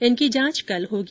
इनकी जांच कल होगी